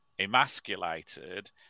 emasculated